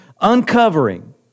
uncovering